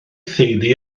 theulu